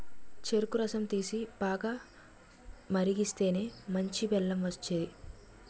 చెరుకు రసం తీసి, బాగా మరిగిస్తేనే మంచి బెల్లం వచ్చేది